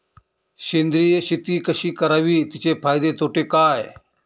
सेंद्रिय शेती कशी करावी? तिचे फायदे तोटे काय?